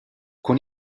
con